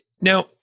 now